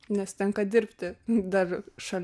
nes tenka dirbti dar šalia